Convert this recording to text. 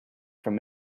from